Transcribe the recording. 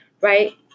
right